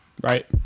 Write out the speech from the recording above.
Right